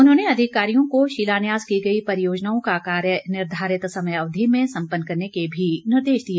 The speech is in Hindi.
उन्होंने अधिकारियों को शिलान्यास की गई परियोजनाओं का कार्य निर्धारित समयावधि में सम्पन्न करने के भी निर्देश दिए